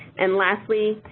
and lastly,